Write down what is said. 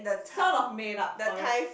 sort of made up for it